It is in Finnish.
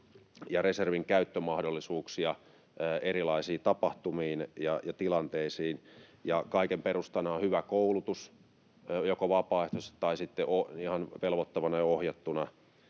ja reservin käyttömahdollisuuksia erilaisiin tapahtumiin ja tilanteisiin. Kaiken perustana on hyvä koulutus joko vapaaehtoisesti tai sitten ihan velvoittavana ja ohjattuna